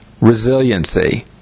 Resiliency